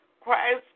Christ